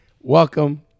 Welcome